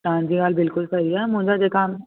तव्हांजी ॻाल्हि बिल्कुलु सही आहे मुंहिंजा जेका